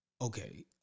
Okay